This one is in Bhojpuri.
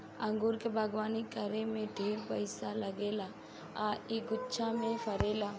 अंगूर के बगानी करे में ढेरे पइसा लागेला आ इ गुच्छा में फरेला